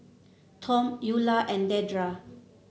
Tom Eulah and Dedra